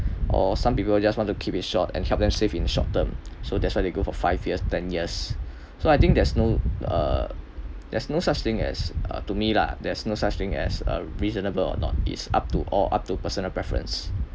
or some people just want to keep it short and help them save in short term so that's why they go for five years ten years so I think there's no uh there's no such thing as uh to me lah there's no such thing as a reasonable or not it's up to all up to personal preference